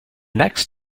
next